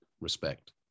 respect